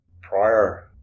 prior